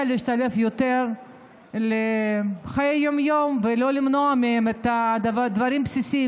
להשתלב יותר בחיי היום-יום ולא ימנע מהם את הדברים הבסיסיים